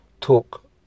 took